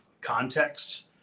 context